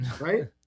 right